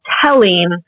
telling